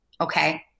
Okay